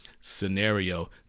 scenario